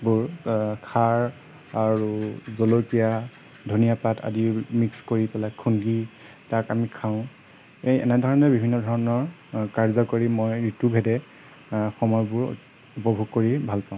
বোৰ খাৰ আৰু জলকীয়া ধনীয়া পাত আদি মিক্স কৰি পেলাই খুন্দি তাক আমি খাওঁ এই এনেেধৰণে বিভিন্ন ধৰণৰ কাৰ্য কৰি মই ঋতুভেদে সময়বোৰ উপভোগ কৰি ভাল পাওঁ